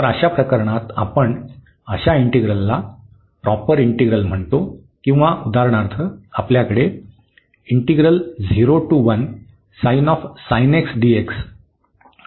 तर अशा प्रकरणात आपण अशा इंटिग्रलसला प्रॉपर इंटिग्रल म्हणतो किंवा उदाहरणार्थ आपल्याकडे आहे